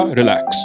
relax